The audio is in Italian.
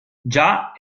già